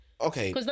Okay